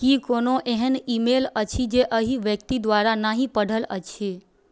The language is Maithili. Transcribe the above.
कि कोनो एहन ईमेल अछि जे एहि व्यक्ति द्वारा नहि पढ़ल अछि